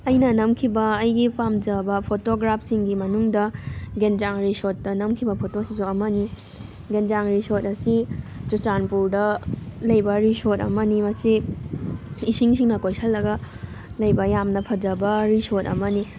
ꯑꯩꯅ ꯅꯝꯈꯤꯕ ꯑꯩꯒꯤ ꯄꯥꯝꯖꯕ ꯐꯣꯇꯣꯒ꯭ꯔꯥꯞ ꯁꯤꯡꯒꯤ ꯃꯅꯨꯡꯗ ꯒꯦꯟꯖꯥꯡ ꯔꯤꯁꯣꯠꯇ ꯅꯝꯈꯤꯕ ꯐꯣꯇꯣꯁꯤꯁꯨ ꯑꯃꯅꯤ ꯒꯦꯟꯖꯥꯡ ꯔꯤꯁꯣꯠ ꯑꯁꯤ ꯆꯨꯆꯥꯟꯄꯨꯔꯗ ꯂꯩꯕ ꯔꯤꯁꯣꯠ ꯑꯃꯅꯤ ꯃꯁꯤ ꯏꯁꯤꯡ ꯁꯤꯡꯅ ꯀꯣꯏꯁꯜꯂꯒ ꯂꯩꯕ ꯌꯥꯝꯅ ꯐꯖꯕ ꯔꯤꯁꯣꯠ ꯑꯃꯅꯤ